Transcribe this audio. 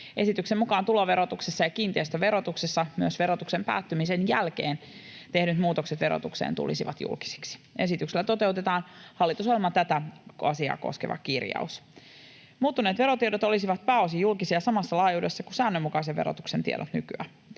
Esityksen mukaan tuloverotuksessa ja kiinteistöverotuksessa myös verotuksen päättymisen jälkeen tehdyt muutokset verotukseen tulisivat julkisiksi. Esityksellä toteutetaan hallitusohjelman tätä asiaa koskeva kirjaus. Muuttuneet verotiedot olisivat pääosin julkisia samassa laajuudessa kuin säännönmukaisen verotuksen tiedot nykyään,